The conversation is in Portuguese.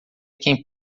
quem